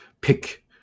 pick